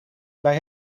bij